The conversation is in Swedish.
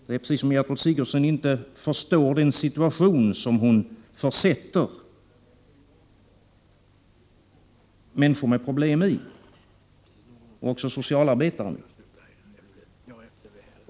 Det är precis som om Gertrud Sigurdsen inte förstår den situation som hon försätter människor med problem i och också socialarbetare.